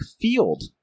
field